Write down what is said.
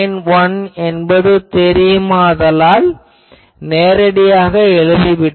391 என்பது தெரியும் என்பதால் நேரடியாக எழுதிவிட்டேன்